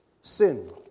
Sin